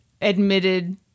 admitted